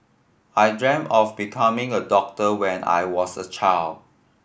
I dreamt of becoming a doctor when I was a child